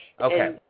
Okay